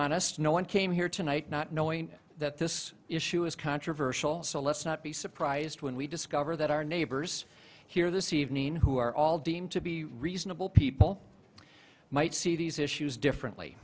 honest no one came here tonight not knowing that this issue is controversial so let's not be surprised when we discover that our neighbors here this evening who are all deemed to be reasonable people might see these issues differently